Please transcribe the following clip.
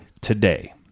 today